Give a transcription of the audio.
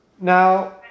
Now